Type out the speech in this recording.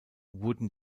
wurden